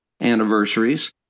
anniversaries